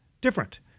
different